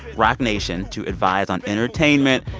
roc nation, to advise on entertainment,